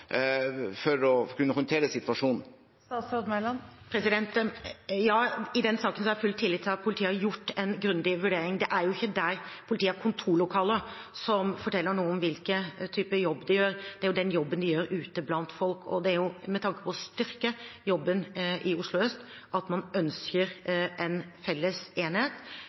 for å kunne håndtere situasjonen? I den saken har jeg full tillit til at politiet har gjort en grundig vurdering. Det er ikke der politiet har kontorlokaler, som forteller noe om hvilken type jobb de gjør, det er den jobben de gjør ute blant folk. Det er med tanke på å styrke jobben i Oslo øst at man ønsker en felles enhet